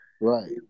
Right